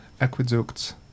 aqueduct